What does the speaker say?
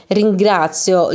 ringrazio